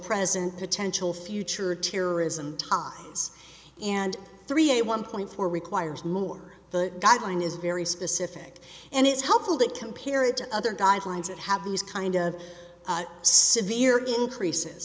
present potential future terrorism ties and three a one point four requires more the guideline is very specific and it's helpful to compare it to other guidelines that have these kind of severe increases